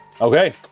Okay